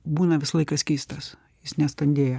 būna visą laiką skystas jis nestandėja